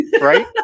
Right